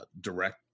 direct